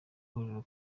huriro